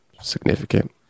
significant